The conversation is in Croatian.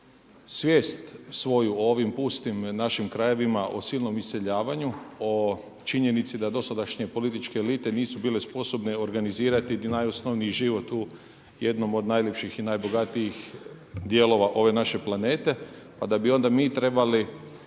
svijest svoju o ovim pustim našim krajevima o silnom iseljavanju o činjenici da dosadašnje političke elite nisu bile sposobne organizirati najosnovniji život u jednom od najljepših i najbogatijih dijelova ove naše planete, pa da bi onda mi trebali